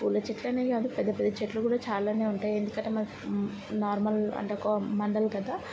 పూల చెట్లనే కాదు పెద్ద పెద్ద చెట్లు కూడా చాలానే ఉంటాయి ఎందుకంటే నార్మల్ అంటే ఒక మండల్ కదా